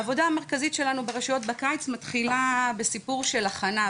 העבודה המרכזית שלנו ברשויות בקיץ מתחילה בסיפור של הכנה,